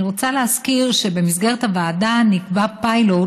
אני רוצה להזכיר שבמסגרת הוועדה נקבע פיילוט